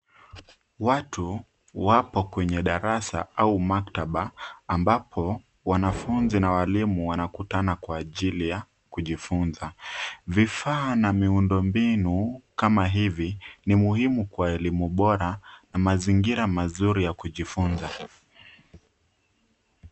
Watu wapo kwenye darasa au maktaba ambapo wanafunzi na walimu wanakutana kwa ajili ya kujifunza. Vifaa na miundombinu kama hivi ni muhimu kwa elimu bora na mazingira mazuri ya kujifunza.